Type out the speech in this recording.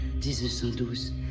1912